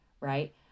right